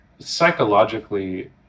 Psychologically